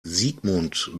sigmund